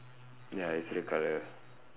ya it's red colour